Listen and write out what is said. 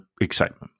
excitement